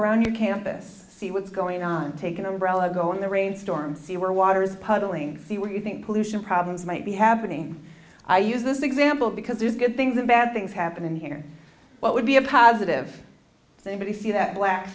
around your campus see what's going on take an umbrella go in the rain storm see where water is puddling see what you think pollution problems might be happening i use this example because there's good things and bad things happen here what would be a positive thing but you see that black